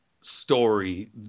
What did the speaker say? story